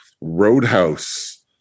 Roadhouse